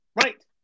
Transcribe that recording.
Right